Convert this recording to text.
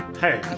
Hey